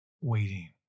waiting